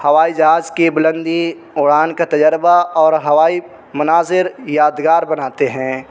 ہوائی جہاز کی بلندی اڑان کا تجربہ اور ہوائی مناظر یاد یادگار بناتے ہیں